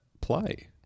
play